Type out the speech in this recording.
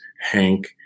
Hank